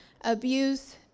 abuse